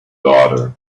daughter